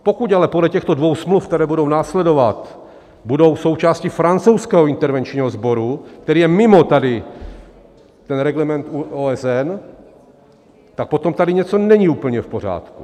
Pokud ale podle těchto dvou smluv, které budou následovat, budou součástí francouzského intervenčního sboru, který je mimo tady ten reglement OSN, tak potom tady něco není úplně v pořádku.